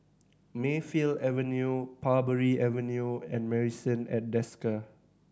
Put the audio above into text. Mayfield Avenue Parbury Avenue and Marrison at Desker